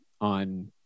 on